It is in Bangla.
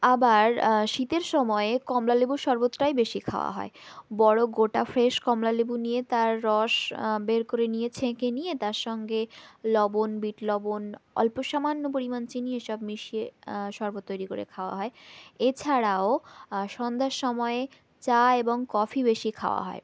আবার শীতের সময়ে কমলা লেবুর শরবতটাই বেশি খাওয়া হয় বড়ো গোটা ফ্রেস কমলালেবু নিয়ে তার রস বের করে নিয়ে ছেঁকে নিয়ে তার সঙ্গে লবণ বিট লবণ অল্প সামান্য পরিমাণ চিনি এইসব মিশিয়ে শরবত তৈরি করে খাওয়া হয় এছাড়াও সন্ধ্যার সময়ে চা এবং কফি বেশি খাওয়া হয়